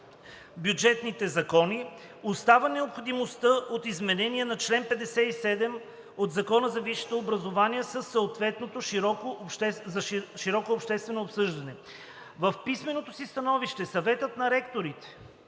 бюджетните закони, остава необходимостта от изменение на чл. 57 от Закона за висшето образование след съответното широко обществено обсъждане. В писменото си становище Съветът на ректорите